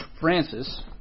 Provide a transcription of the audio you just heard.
Francis